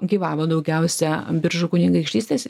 gyvavo daugiausia biržų kunigaikštystės